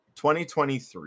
2023